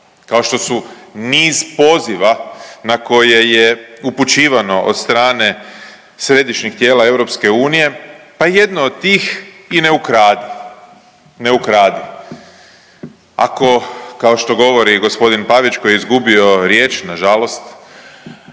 kao što su niz poziv na koje je upućivano od strane središnjih tijela EU, pa jedno od tih i ne ukradi, ne ukradi. Ako kao što govori gospodin Pavić koji je izgubio riječ, na žalost,